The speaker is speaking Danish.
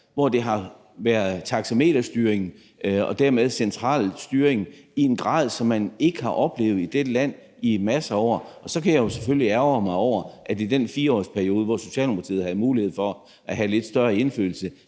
hvor der har været taxameterstyring og dermed central styring i en grad, som man ikke har oplevet i dette land i en masse år. Og så kan jeg jo selvfølgelig ærgre mig over, at i den 4-årsperiode, hvor Socialdemokratiet havde mulighed for at have lidt større indflydelse,